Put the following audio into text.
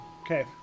Okay